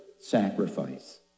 sacrifice